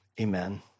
Amen